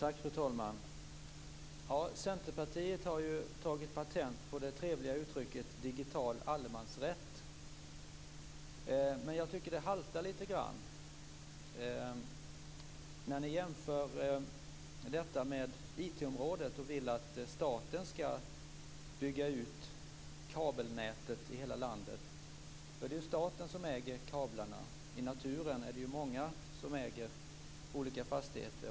Fru talman! Centerpartiet har ju tagit patent på det trevliga uttrycket digital allemansrätt. Men jag tycker att det haltar lite grann. Ni jämför detta med IT området och vill att staten skall bygga ut kabelnätet i hela landet. Då är det ju staten som äger kablarna. I naturen är det många som äger olika fastigheter.